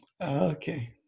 Okay